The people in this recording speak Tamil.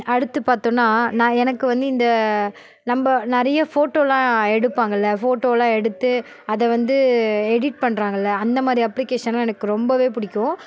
அடுத்து பார்த்தோன்னா நான் எனக்கு வந்து இந்த நம்ம நிறைய ஃபோட்டோல்லாம் எடுப்பாங்கல்ல ஃபோட்டோல்லாம் எடுத்து அதை வந்து எடிட் பண்ணுறாங்கல்ல அந்த மாதிரி அப்ளிக்கேஷன்லாம் எனக்கு ரொம்பவே பிடிக்கும்